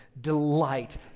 delight